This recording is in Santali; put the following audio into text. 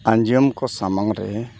ᱟᱸᱡᱚᱢ ᱠᱚ ᱥᱟᱢᱟᱝ ᱨᱮ